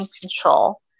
control